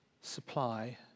supply